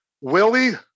Willie